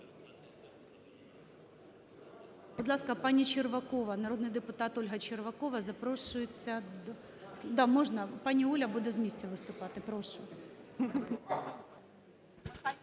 Пані Оля буде з місця виступати. Прошу.